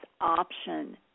option